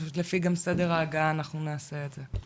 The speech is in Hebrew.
לפי גם סדר ההגעה אנחנו נעשה את זה.